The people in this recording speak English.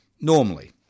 Normally